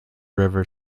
river